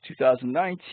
2019